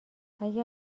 اگه